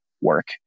work